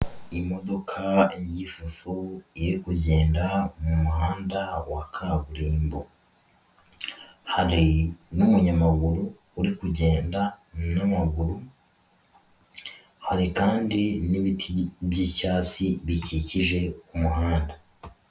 imodoka y'ifuto iri kugenda mu muhanda wa kaburimbo hari n'umunyamaguru uri kugenda n'amaguru hari kandi n'ibiti by'icyatsi bikikije umuhanda.